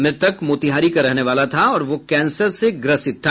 मृतक मोतिहारी का रहने वाला था और वह कैंसर से ग्रसित था